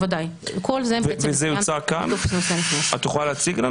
את יכולה להציג לנו?